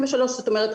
זאת אומרת,